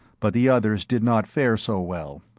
but the others did not fare so well.